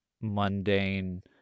mundane